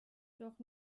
doch